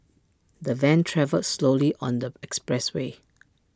the van travelled slowly on the expressway